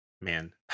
Man